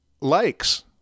likes